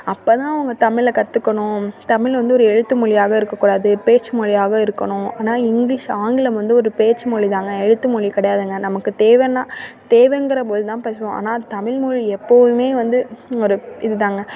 அப்போ தான் அவங்க தமிழை கற்றுக்கணும் தமிழ் வந்து ஒரு எழுத்து மொழியாக இருக்குது கூடாது பேச்சு மொழியாக இருக்கணும் ஆனால் இங்கிலீஷ் ஆங்கிலம் வந்து ஒரு பேச்சு மொழிதாங்க எழுத்து மொழி கிடையாதுங்க நமக்கு தேவைன்னா தேவங்கிற போது தான் பேசுவோம் ஆனால் தமிழ்மொழி எப்போதும் வந்து ஒரு இதுதாங்க